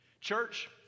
Church